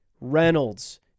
Reynolds